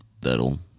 that'll